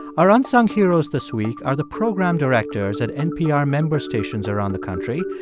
our unsung heroes this week are the program directors at npr member stations around the country.